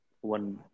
one